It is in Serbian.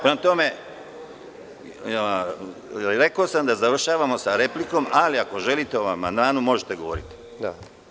Prema tome, rekao sam da završavamo sa replikom, ali, ako želite, o amandmanu možete da govorite.